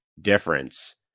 difference